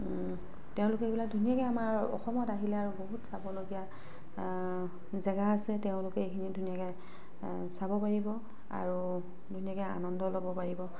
তেওঁলোকে এইবিলাক আমাৰ অসমত আহিলে আৰু বহুত চাবলগীয়া জেগা আছে সেইখিনি ধুনীয়াকে চাব পাৰিব আৰু ধুনীয়াকৈ আনন্দ ল'ব পাৰিব